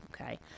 Okay